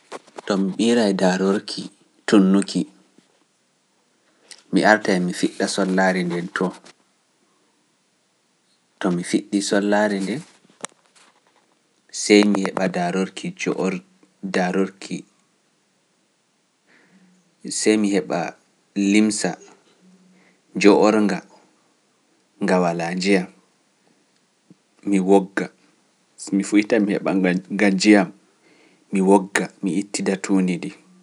To mi ɓiiray daarokki tuunnuki, mi artay mi fiɗɗa sollaare ndenton, to mi fiɗɗii sollaare nden, sey mi heɓa daarorki njoork- daarorki, sey mi heɓa limsa njoornga, nga walaa njiyam, mi wogga, so mi fuɗɗita mi heɓa nga njiyam, mi wogga, mi ittida tuundi ndin.